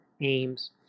aims